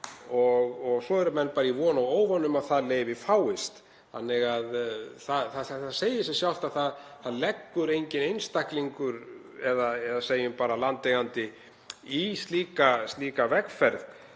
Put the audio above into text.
og svo eru menn bara í von og óvon um að það leyfi fáist. Það segir sig sjálft að það leggur enginn einstaklingur eða segjum bara landeigandi í slíka vegferð